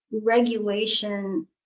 regulation